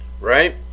Right